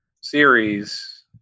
series